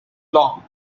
long